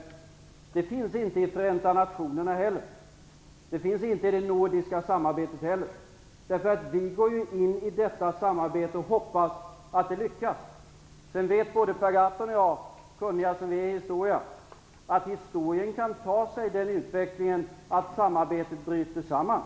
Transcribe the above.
Någon sådan finns inte heller i Förenta nationerna eller i det nordiska samarbetet. Vi går ju in på detta samarbete i förhoppning om att det lyckas. Vidare vet både Per Gahrton och jag, kunniga i historia som vi är, att utvecklingen kan gå därhän att samarbetet bryter samman.